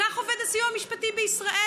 כך עובד הסיוע המשפטי בישראל.